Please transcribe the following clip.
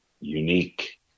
unique